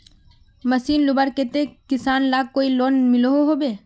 Machine लुबार केते किसान लाक कोई लोन मिलोहो होबे?